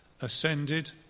ascended